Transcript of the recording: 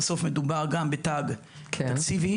בסוף מדובר גם בתג תקציבי,